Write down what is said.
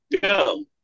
go